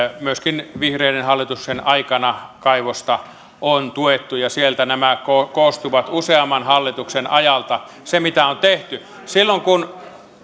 myöskin vihreiden hallituksen aikana kaivosta on tuettu ja sieltä koostuu useamman hallituksen ajalta se mitä on tehty silloin kun